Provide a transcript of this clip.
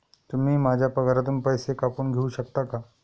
तुम्ही माझ्या पगारातून पैसे कापून घेऊ शकता का?